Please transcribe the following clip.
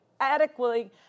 adequately